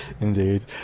indeed